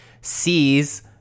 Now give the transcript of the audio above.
sees